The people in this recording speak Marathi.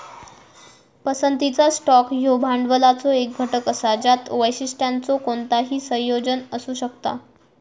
पसंतीचा स्टॉक ह्यो भांडवलाचो एक घटक असा ज्यात वैशिष्ट्यांचो कोणताही संयोजन असू शकता